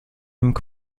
dem